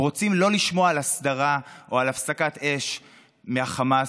הם רוצים לא לשמוע על הסדרה או על הפסקת אש עם החמאס.